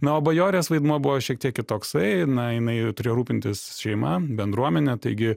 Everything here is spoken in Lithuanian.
na o bajorės vaidmuo buvo šiek tiek kitoksai na jinai turėjo rūpintis šeima bendruomene taigi